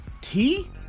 Tea